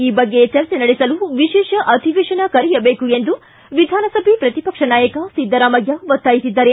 ಈ ಬಗ್ಗೆ ಚರ್ಚಿ ನಡೆಸಲು ವಿಶೇಷ ಅಧಿವೇಶನ ಕರೆಯಬೇಕು ಎಂದು ವಿಧಾನಸಭೆ ಪ್ರತಿಪಕ್ಷ ನಾಯಕ ಸಿದ್ದರಾಮಯ್ಯ ಒತ್ತಾಯಿಸಿದ್ದಾರೆ